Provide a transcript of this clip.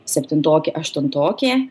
septintokė aštuntokė